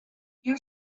you